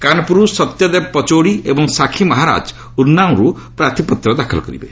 କାନ୍ପୁରରୁ ସତ୍ୟଦେବ ପଚୌଡ଼ି ଏବଂ ସାକ୍ଷୀ ମହାରାଜ ଉନ୍ତାଉଁର୍ ପ୍ରାର୍ଥୀପତ୍ତ ଦାଖଲ କରିବେ